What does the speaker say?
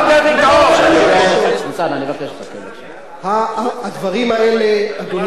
הדברים האלה, אדוני היושב-ראש,